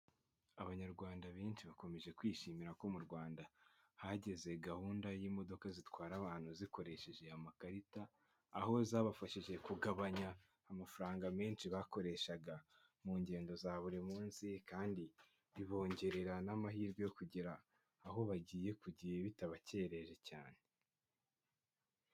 Abanyarwanda benshi bakomeje kwishimira ko mu Rwanda hageze gahunda y'imodoka zitwara abantu zikoresheje amakarita, aho zabafashije kugabanya amafaranga menshi bakoreshaga mu ngendo za buri munsi kandi bibongerera n'amahirwe yo kugera aho bagiye ku gihe bitabakereje cyane.